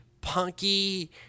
punky